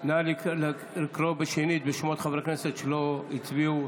נא לקרוא שנית בשמות חברי הכנסת שלא הצביעו,